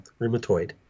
rheumatoid